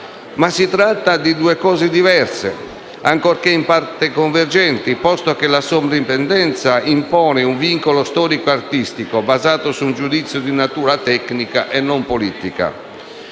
Ma si tratta di due cose diverse, ancorché in parte convergenti, posto che la Soprintendenza impone un vincolo storico-artistico basato su un giudizio di natura tecnica e non politica.